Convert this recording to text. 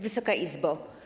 Wysoka Izbo!